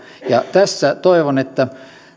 toivon että